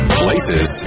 places